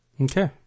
Okay